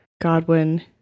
Godwin